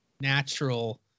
natural